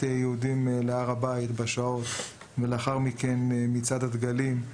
יהודים להר הבית ולאחר מכן מצעד הדגלים,